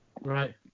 Right